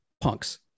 punks